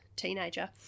teenager